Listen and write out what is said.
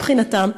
מבחינתם,